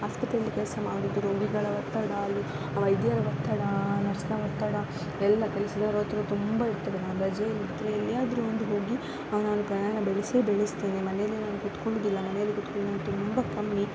ಆಸ್ಪತ್ರೆಯಲ್ಲಿ ಕೆಲಸ ಮಾಡೋದು ರೋಗಿಗಳ ಒತ್ತಡ ಅಲ್ಲಿ ವೈದ್ಯರ ಒತ್ತಡ ನರ್ಸ್ನ ಒತ್ತಡ ಎಲ್ಲಾ ಕೆಲ್ಸದವರ ಒತ್ತಡ ಎಲ್ಲ ತುಂಬ ಇರ್ತದೆ ನಾನು ರಜೆಯಲ್ಲಿ ಇದ್ದರೆ ಎಲ್ಲಿಯಾದರೂ ಒಂದು ಹೋಗಿ ನಾನು ಪ್ರಯಾಣ ಬೆಳೆಸೇ ಬೆಳೆಸ್ತೀನಿ ಮನೆಯಲ್ಲಿ ನಾನು ಕೂತ್ಕೊಳ್ಳೋದಿಲ್ಲ ಮನೆಯಲ್ಲಿ ಕೂತ್ಕೊಳ್ಳೋದು ತುಂಬ ಕಮ್ಮಿ